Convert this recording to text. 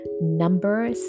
Number